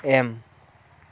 M